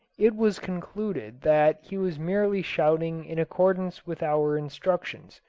it was concluded that he was merely shouting in accordance with our instructions,